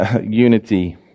unity